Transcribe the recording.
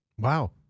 Wow